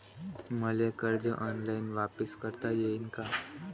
मले कर्ज ऑनलाईन वापिस करता येईन का?